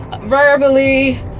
verbally